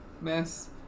mess